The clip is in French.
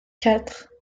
quatre